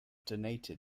donated